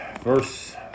verse